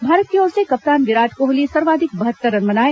भारत की ओर से कप्तान विराट कोहली सर्वाधिक बहत्तर रन बनाए